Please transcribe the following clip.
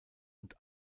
und